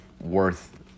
worth